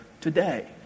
today